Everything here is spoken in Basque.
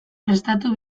prestatu